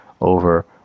over